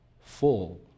full